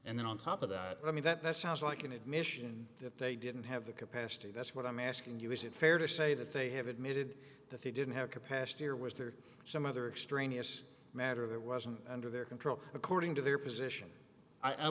and then on top of that i mean that sounds like an admission that they didn't have the capacity that's what i'm asking you is it fair to say that they have admitted that they didn't have capacity or was there some other extraneous matter that wasn't under their control according to their position i